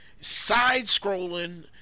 side-scrolling